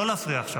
לא להפריע עכשיו.